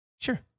Sure